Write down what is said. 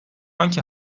anki